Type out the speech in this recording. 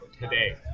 today